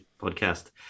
podcast